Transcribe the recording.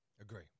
Agree